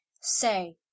Say